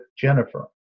Jennifer